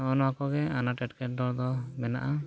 ᱱᱚᱜ ᱚ ᱱᱚᱣᱟ ᱠᱚᱜᱮ ᱟᱱᱟᱴ ᱮᱴᱠᱮᱴᱚᱬᱮ ᱫᱚ ᱢᱮᱱᱟᱜᱼᱟ